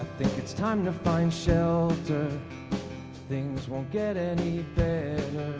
think it's time to find shelter things won't get any